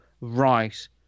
right